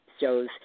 shows